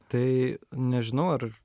tai nežinau ar